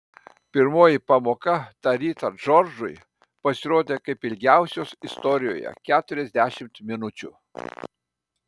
pirmoji pamoka tą rytą džordžui pasirodė kaip ilgiausios istorijoje keturiasdešimt minučių